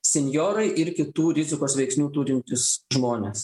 senjorai ir kitų rizikos veiksnių turintys žmonės